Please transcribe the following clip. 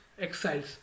exiles